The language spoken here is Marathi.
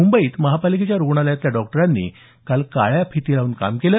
मुंबईत महापालिकेच्या रुग्णालयातल्या डॉक्टरांनी काल काळ्या फिती लावून काम केलं